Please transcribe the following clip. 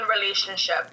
relationship